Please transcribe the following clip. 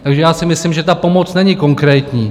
Takže si myslím, že ta pomoc není konkrétní.